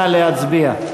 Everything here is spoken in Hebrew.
נא להצביע.